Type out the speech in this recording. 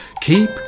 Keep